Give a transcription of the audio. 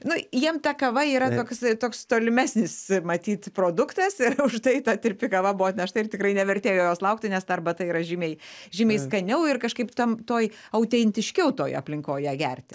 nu jiem ta kava yra toks toks tolimesnis matyt produktas ir už tai ta tirpi kava buvo atnešta ir tikrai nevertėjo jos laukti nes ta arbata yra žymiai žymiai skaniau ir kažkaip tam toj autentiškiau toj aplinkoj ją gerti